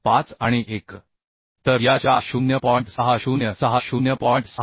975 आणि 1 तर या चार 0